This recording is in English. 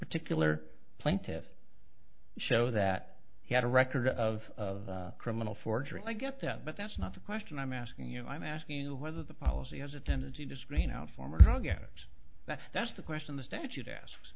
particular plaintiffs show that he had a record of criminal forgery and i get that but that's not the question i'm asking you i'm asking you whether the policy has a tendency to screen out former drug addicts that that's the question the statute ask